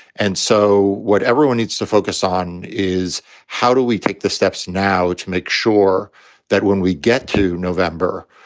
and so what everyone needs to focus on is how do we take the steps now to make sure that when we get to november,